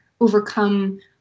overcome